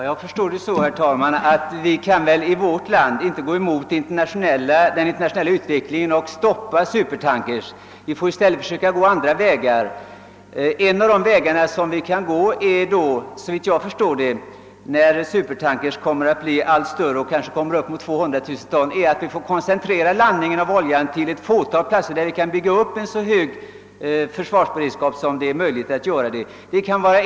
Herr talman! Jag förstår att vi i vårt land inte kan gå emot den internationella utvecklingen och stoppa supertankers. Vi får i stället förutom de internationella överenskommelserna försöka gå andra vägar. En sådan väg är att vi, när supertankers blir allt större och kanske kommer upp mot 200 000 ton, får koncentrera landningen av oljan till ett fåtal platser, där vi kan bygga upp en så hög beredskap som det är möjligt att åstadkomma.